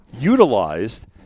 utilized